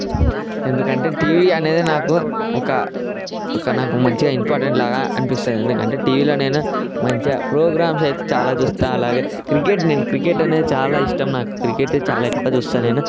ఎందుకంటే టీవీ అనేది నాకు ఒక ఒక నాకు మంచిగా ఇంపార్టెంట్ లాగా అనిపిస్తుంది ఎందుకంటే టీవీలోనైనా మంచిగా ప్రోగ్రామ్స్ అయితే చాలా చూస్తా అలాగే క్రికెట్ నేను క్రికెట్ అనేది చాలా ఇష్టం నాకు క్రికెట్టు చాలా ఎక్కువ చూస్తా నేను